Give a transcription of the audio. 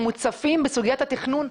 אנחנו מוצפים בסוגיית התכנון.